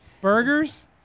Burgers